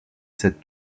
cette